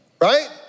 Right